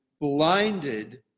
blinded